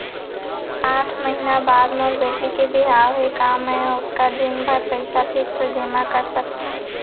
आठ महीना बाद मोर बेटी के बिहाव हे का मैं ओतका दिन भर पइसा फिक्स जेमा कर सकथव?